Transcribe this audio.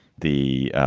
the